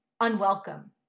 unwelcome